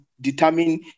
determine